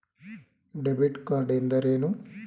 Debit card ಎಂದರೇನು?